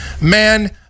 man